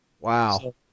Wow